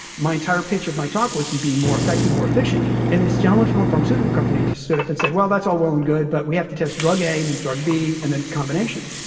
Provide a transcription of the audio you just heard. my entire pitch of my talk was being more effective, more efficient. and this gentleman from a pharmaceutical company stood up and said, well, that's all well and good but we have to test drug a and then drug b and then combination.